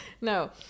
No